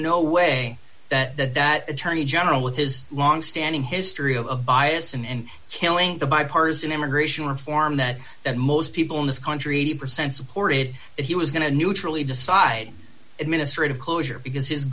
no way that that that attorney general with his long standing history of bias and killing the bipartisan immigration reform that that most people in this country eighty percent supported that he was going to neutrally decide administrative closure because his